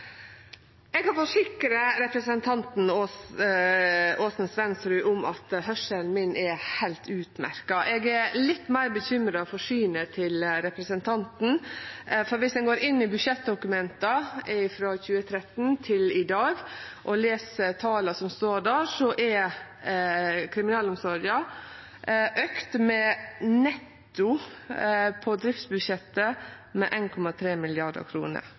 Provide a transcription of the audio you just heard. Eg kan forsikre representanten Aasen-Svensrud om at høyrselen min er heilt utmerkt. Eg er litt meir bekymra for synet til representanten, for dersom ein går inn i budsjettdokumenta frå 2013 til i dag og les tala som står der, har kriminalomsorga auka, netto på driftsbudsjettet, med